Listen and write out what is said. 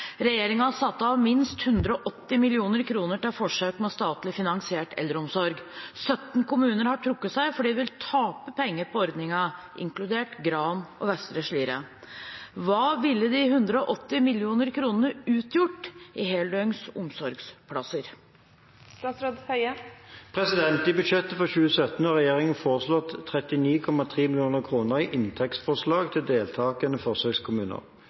med statlig finansiert eldreomsorg. 17 kommuner har trukket seg fordi de ville tape penger på ordningen, inkludert Gran og Vestre Slidre. Hva ville de 180 mill. kronene utgjort i heldøgns omsorgsplasser?» I budsjettet for 2017 har regjeringen foreslått 39,3 mill. kr i inntektspåslag til deltakende